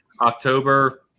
October